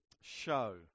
show